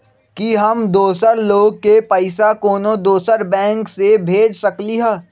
कि हम दोसर लोग के पइसा कोनो दोसर बैंक से भेज सकली ह?